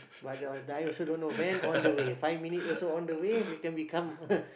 but uh I also don't know when on the way five minute also on the way we can become